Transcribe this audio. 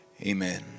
Amen